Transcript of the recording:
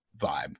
vibe